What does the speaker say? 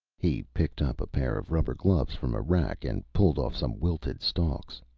he picked up a pair of rubber gloves from a rack, and pulled off some wilted stalks.